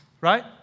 right